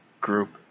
group